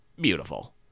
beautiful